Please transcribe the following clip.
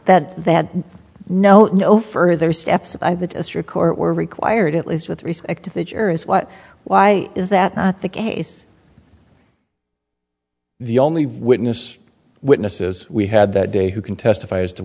that they had no no further steps i would as your court were required at least with respect to the jurors what why is that not the case the only witness witnesses we had that day who can testify as to